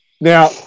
Now